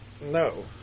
No